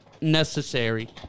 necessary